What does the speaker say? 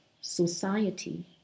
society